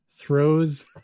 throws